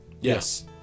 Yes